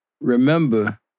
remember